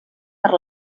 per